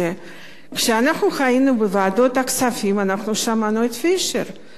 כשאנחנו היינו בוועדת הכספים אנחנו שמענו את פישר אומר: